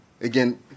again